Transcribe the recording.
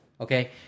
okay